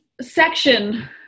section